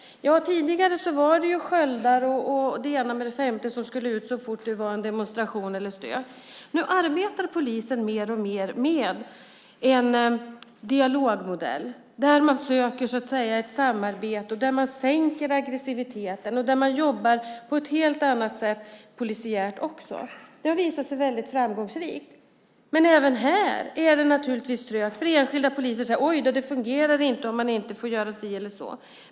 Tidigare var det sköldar och det ena med det andra som skulle ut så fort det var en demonstration eller stök. Nu arbetar polisen mer och mer med en dialogmodell, där man söker samarbete, sänker aggressiviteten och jobbar på ett helt annat sätt polisiärt. Det har visat sig väldigt framgångsrikt. Även här är det naturligtvis trögt, för det finns enskilda poliser som säger att det inte fungerar om man inte får göra si eller så.